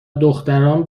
دختران